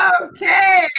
Okay